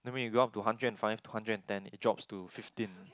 that mean you go up to hundred and five to hundred and ten it drops to fifteen